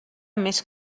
més